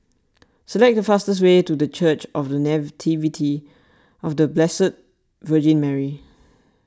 select the fastest way to the Church of the Nativity of the Blessed Virgin Mary